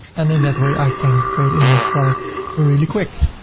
and in that way i can create a new product really quick.